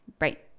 Right